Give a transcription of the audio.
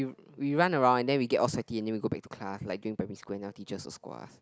we we run around and then we get all sweaty then we go back to class like during primary school then our teacher will scold us